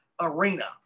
arena